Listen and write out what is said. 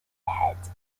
heads